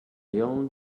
young